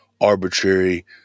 arbitrary